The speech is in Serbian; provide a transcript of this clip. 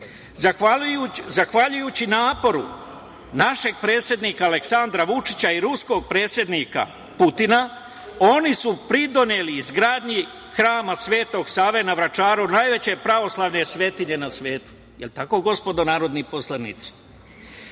Zahvaljujući naporu našeg predsednika Aleksandra Vučića i ruskog predsednika Putina oni su pridoneli izgradnji Hrama Svetog Save na Vračaru, najveće pravoslavne svetinje na svetu. Jel tako, gospodo narodni poslanici? Rus